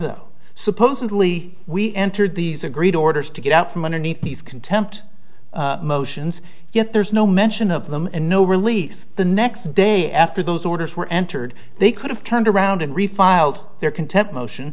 though supposedly we entered these agreed orders to get out from underneath these contempt motions yet there's no mention of them and no release the next day after those orders were entered they could have turned around and refiled their contempt motion